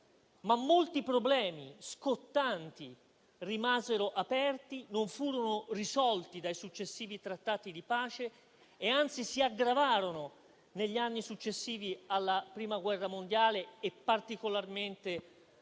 Ma molti problemi scottanti, però, rimasero aperti, non furono risolti dai successivi Trattati di pace e anzi si aggravarono negli anni successivi alla Prima guerra mondiale e particolarmente